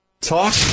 Talk